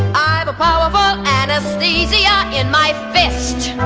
i have a pile of um anastasia in my face